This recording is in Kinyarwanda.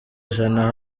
ijana